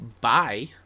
Bye